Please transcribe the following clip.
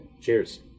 Cheers